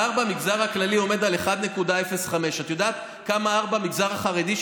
ה-R במגזר הכללי עומד על 1.05. את יודעת כמה ה-R במגזר החרדי,